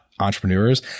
entrepreneurs